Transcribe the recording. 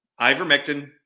Ivermectin